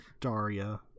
Daria